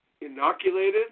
inoculated